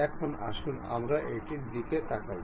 এখন আসুন আমরা এটির দিকে তাকাই